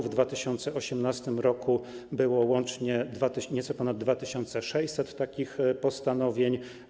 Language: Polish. W 2018 r. było łącznie nieco ponad 2600 takich postanowień.